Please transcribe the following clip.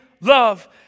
love